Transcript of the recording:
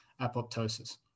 apoptosis